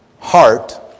heart